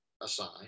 assign